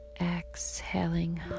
exhaling